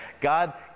God